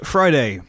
Friday